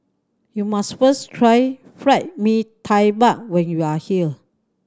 you must first try fried Mee Tai Mak when you are here